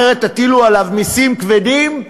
אחרת תטילו עליו מסים כבדים?